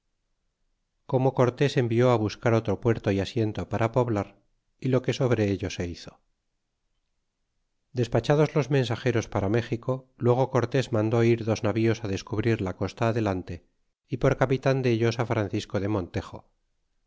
como cortes envio s buscar otro puerto y asiento para poblar y lo que sobre cito se hizo despachados los mensageros para méxico luego cortés mandó ir dos navíos á descubrirla costa adelante y por capi tan dellos francisco de montejo y